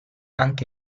anche